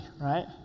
right